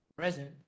Present